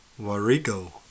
warigo